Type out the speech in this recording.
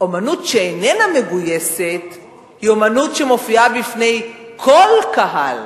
אמנות שאיננה מגויסת היא אמנות שמופיעה בפני כל קהל,